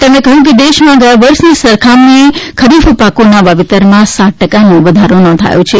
તેમણે કહ્યું કે દેશમાં ગયા વર્ષની સરખામણીએ ખરીફ પાકોના વાવેતરમાં સાત ટકાનો વધારો નોંધાયો છે